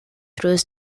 through